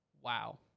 wow